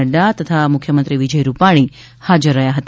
નફા તથા મુખ્યમંત્રી વિજય રૂપાણી હાજર રહ્યા હતા